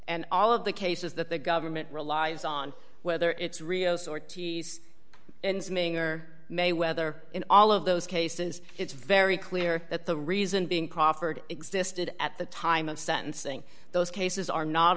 and all of the cases that the government relies on whether it's rios ortiz in swimming or may whether in all of those cases it's very clear that the reason being proffered existed at the time of sentencing those cases are not